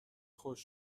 خوش